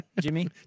Jimmy